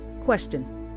Question